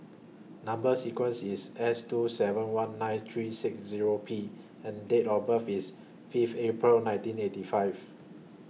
Number sequence IS S two seven one nine three six Zero P and Date of birth IS Fifth April nineteen eighty five